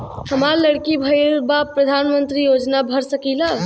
हमार लड़की भईल बा प्रधानमंत्री योजना भर सकीला?